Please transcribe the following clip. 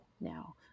now